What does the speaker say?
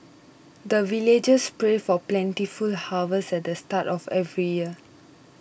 the villagers pray for plentiful harvest at the start of every year